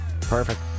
Perfect